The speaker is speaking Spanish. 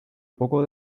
poco